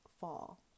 fall